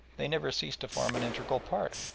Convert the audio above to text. they never ceased to form an integral part.